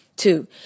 Two